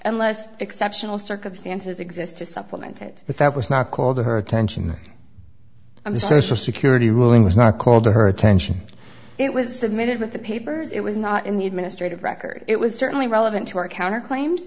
unless exceptional circumstances exist to supplement it but that was not called to her attention on the social security ruling was not called to her attention it was submitted with the papers it was not in the administrative record it was certainly relevant to our counter claims